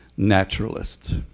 naturalist